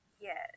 Yes